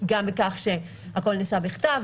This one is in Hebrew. גם בכך שהכול נעשה בכתב,